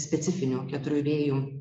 specifinio keturių vėjų